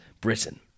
Britain